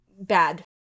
bad